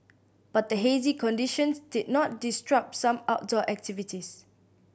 but the hazy conditions did not disrupt some outdoor activities